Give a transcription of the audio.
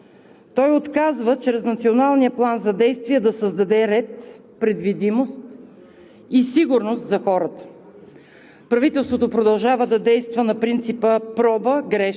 Второ, въпреки тежката криза той отказва чрез Националния план за действие да създаде ред, предвидимост и сигурност за хората.